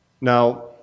Now